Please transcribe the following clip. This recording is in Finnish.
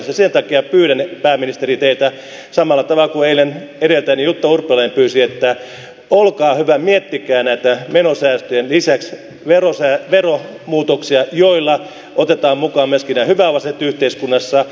sen takia pyydän pääministeri teiltä samalla tavalla kuin eilen edeltäjäni jutta urpilainen pyysi että olkaa hyvä miettikää näiden menosäästöjen lisäksi veromuutoksia joilla otetaan mukaan myöskin nämä hyväosaiset yhteiskunnassa